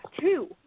two